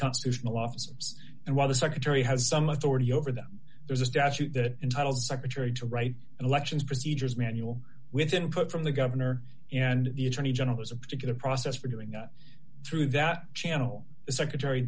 constitutional officers and while the secretary has some authority over them there's a statute that entitles secretary to write elections procedures manual with input from the governor and the attorney general has a particular process for doing up through that channel the secretary